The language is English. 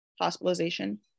hospitalization